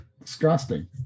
disgusting